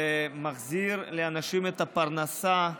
זה מחזיר לאנשים את הפרנסה.